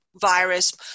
virus